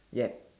ya